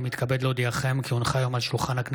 הונחה היום על שולחן,